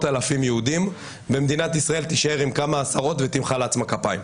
אלפים יהודים ומדינת ישראל תישאר עם כמה עשרות ותמחא לעצמה כפיים,